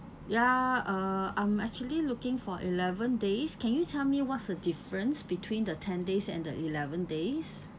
ya uh I'm actually looking for eleven days can you tell me what's the difference between the ten days and the eleven days